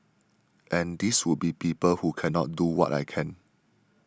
and these would be people who cannot do what I can